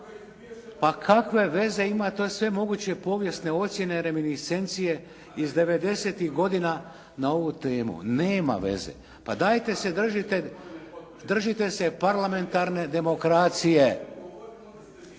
Pa kakve veze ima to sve moguće povijesne ocjene, reminiscencije iz 90-tih godina na ovu temu? Nema veze. Pa dajte se držite parlamentarne demokracije.